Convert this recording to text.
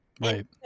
right